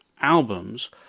albums